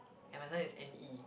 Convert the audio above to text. and my surname is N_E